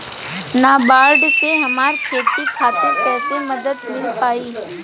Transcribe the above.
नाबार्ड से हमरा खेती खातिर कैसे मदद मिल पायी?